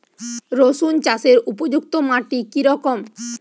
রুসুন চাষের উপযুক্ত মাটি কি রকম?